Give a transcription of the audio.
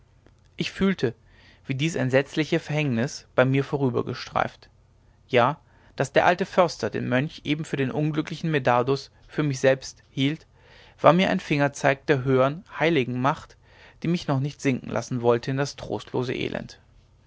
ich fühlte wie dies entsetzliche verhängnis bei mir vorübergestreift ja daß der alte förster den mönch eben für den unglücklichen medardus für mich selbst hielt war mir ein fingerzeig der höheren heiligen macht die mich noch nicht sinken lassen wollte in das trostlose elend